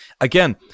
Again